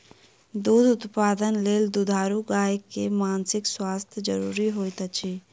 दूध उत्पादनक लेल दुधारू गाय के मानसिक स्वास्थ्य ज़रूरी होइत अछि